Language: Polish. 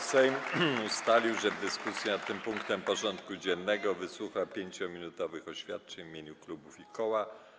Sejm ustalił, że w dyskusji nad tym punktem porządku dziennego wysłucha 5-minutowych oświadczeń w imieniu klubów i koła.